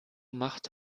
macht